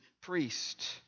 priest